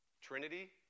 Trinity